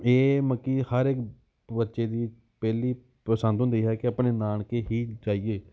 ਇਹ ਮਲਕੀ ਹਰ ਇੱਕ ਬੱਚੇ ਦੀ ਪਹਿਲੀ ਪਸੰਦ ਹੁੰਦੀ ਹੈ ਕਿ ਆਪਣੇ ਨਾਨਕੇ ਹੀ ਜਾਈਏ